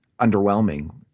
underwhelming